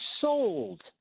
sold